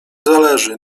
zależy